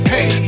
Hey